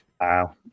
Wow